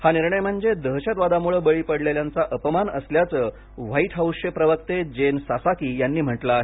हा निर्णय म्हणजे दहशतवादामुळे बळी पडलेल्यांचा अपमान असल्याचं व्हाईट हाऊसचे प्रवक्ते जेन सासाकी यांनी म्हटलं आहे